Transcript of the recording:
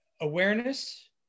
Awareness